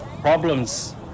Problems